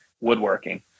woodworking